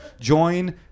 join